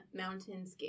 mountainscape